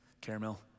Caramel